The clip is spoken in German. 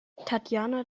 tatjana